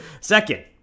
Second